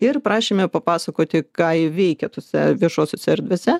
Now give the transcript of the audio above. ir prašėme papasakoti ką jie veikė tose viešosiose erdvėse